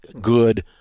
good